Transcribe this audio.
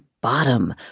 bottom